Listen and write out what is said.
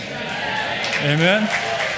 Amen